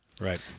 Right